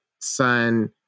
son